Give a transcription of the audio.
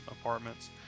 apartments